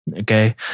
okay